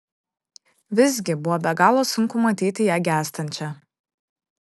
visgi buvo be galo sunku matyti ją gęstančią